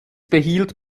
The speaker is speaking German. behielt